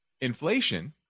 inflation